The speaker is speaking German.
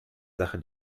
sache